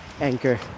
anchor